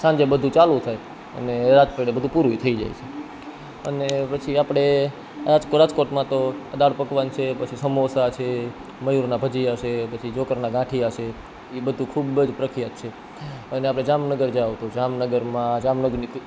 સાંજે બધું ચાલુ થાય અને રાત પડે બધું પૂરુંએ થઈ જાય છે અને પછી આપણે રાજકોટમાં તો દાળ પકવાન છે પછી સમોસાં છે મયુરના ભજીયા છે પછી ઝોંકરના ગાંઠિયા છે એ બધું ખૂબ જ પ્રખ્યાત છે અને આપણે જામનગર જાવ તો જામનગરમાં જામનગરની